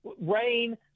rain